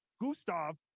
Gustav